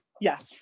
Yes